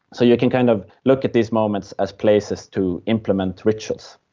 so you can kind of look at these moments as places to implement rituals.